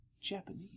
Japanese